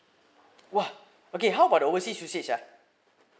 !wah! okay how about the overseas usage ah